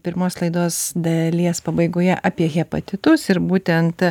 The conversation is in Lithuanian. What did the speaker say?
pirmos laidos dalies pabaigoje apie hepatitus ir būtent